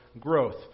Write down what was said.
growth